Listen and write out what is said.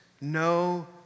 No